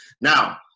Now